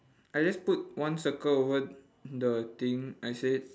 I just put one circle over the thing I said